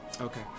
Okay